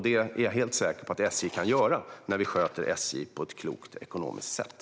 Det är jag helt säker på att SJ kan göra när vi sköter SJ på ett klokt och ekonomiskt sätt.